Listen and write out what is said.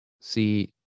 See